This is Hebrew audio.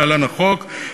להלן: החוק,